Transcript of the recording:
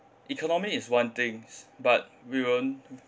economy is one things but we won't